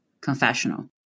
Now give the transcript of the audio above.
confessional